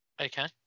Okay